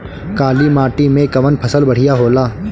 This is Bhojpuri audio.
काली माटी मै कवन फसल बढ़िया होला?